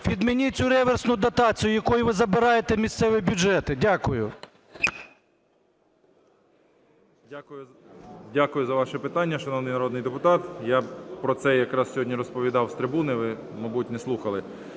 відмініть цю реверсну дотацію, якою ви забираєте місцеві бюджети. Дякую. 10:57:54 ШМИГАЛЬ Д.А. Дякую за ваше питання, шановний народний депутат. Я про це якраз сьогодні розповідав з трибуни, ви, мабуть, не слухали.